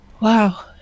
Wow